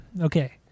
Okay